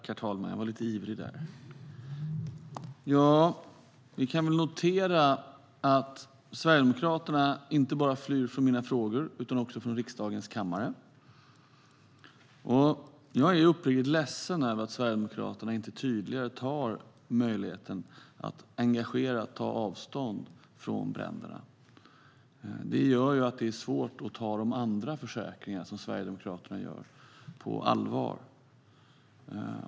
Herr talman! Vi kan väl notera att Sverigedemokraterna inte bara flyr från mina frågor utan också från riksdagens kammare. Jag är uppriktigt ledsen över att Sverigedemokraterna inte tydligare tar möjligheten att engagerat ta avstånd från bränderna. Det gör det svårt att ta Sverigedemokraternas andra försäkranden på allvar.